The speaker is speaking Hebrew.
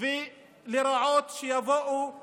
ולדברים רעים שיבואו